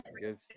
good